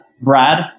Brad